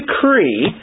decree